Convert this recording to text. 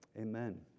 amen